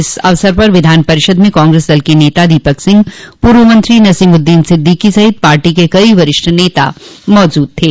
इस अवसर पर विधान परिषद में कांग्रेस दल के नेता दीपक सिंह पूर्व मंत्री नसीमुद्दीन सिद्दीको सहित पार्टी के कई वरिष्ठ नेता मौजूद थे